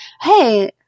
hey